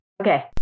Okay